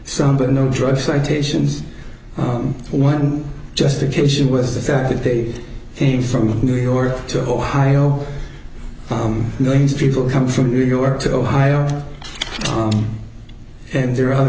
some been no drug citations one justification was the fact that they came from new york to ohio from millions of people come from new york to ohio and there are other